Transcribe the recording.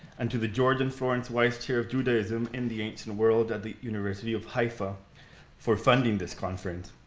and to the george and florence wise chair of judaism in the ancient world at the university of haifa for funding this conference.